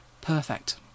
perfect